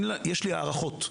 יש לי הערכות.